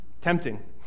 Tempting